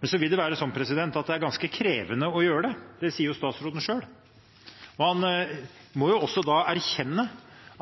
Det vil være slik at det er ganske krevende å gjøre det. Det sier statsråden selv. Og han må da også erkjenne